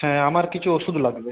হ্যাঁ আমার কিছু ওষুধ লাগবে